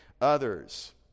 others